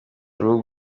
rwo